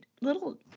little